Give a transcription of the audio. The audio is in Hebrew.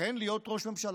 אכן להיות ראש ממשלה,